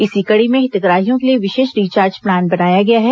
इसी कड़ी में हितग्राहियों के लिए विशेष रिचार्ज प्लान बनाया गया है